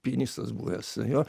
pianistas buvęs jo